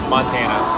Montana